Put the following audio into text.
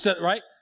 right